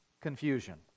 confusion